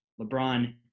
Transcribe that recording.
LeBron